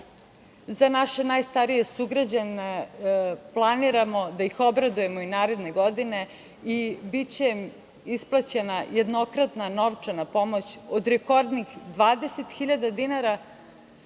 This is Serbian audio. naše najstarije sugrađane planiramo da ih obradujemo i naredne godine i biće isplaćena jednokratna novčana pomoć od rekordnih 20.000 dinara,